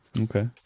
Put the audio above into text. Okay